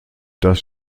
das